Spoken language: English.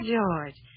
George